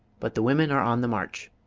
but the women are on the march.